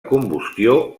combustió